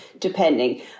depending